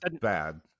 bad